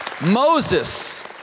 Moses